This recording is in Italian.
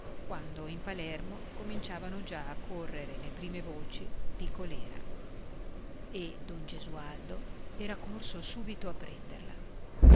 quando in palermo cominciavano già a correre le prime voci di colèra e don gesualdo era corso subito a prenderla